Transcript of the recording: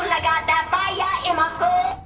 i got that fire yeah in so